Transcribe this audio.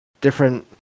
different